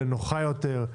לנוחה יותר,